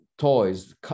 toys